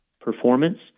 performance